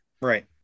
Right